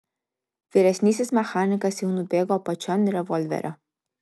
vyresnysis mechanikas jau nubėgo apačion revolverio